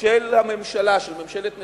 של הממשלה, של ממשלת נתניהו,